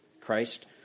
Christ